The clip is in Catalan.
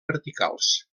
verticals